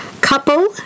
couple